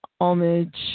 homage